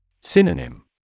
Synonym